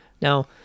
Now